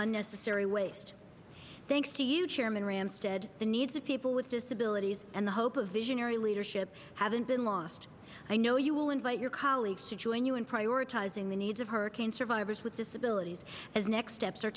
said the needs of people with disabilities and the hope of visionary leadership haven't been lost i know you will invite your colleagues to join you in prioritizing the needs of hurricane survivors with disabilities as next steps are